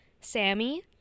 Sammy